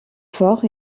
fort